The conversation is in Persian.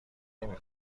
نمی